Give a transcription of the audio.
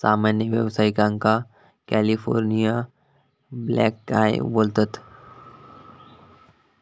सामान्य व्यावसायिकांका California blackeye बोलतत